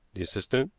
the assistant,